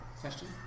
Question